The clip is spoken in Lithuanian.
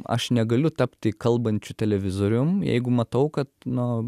aš negaliu tapti kalbančiu televizorium jeigu matau kad na